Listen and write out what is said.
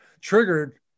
triggered